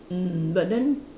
mm but then